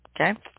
Okay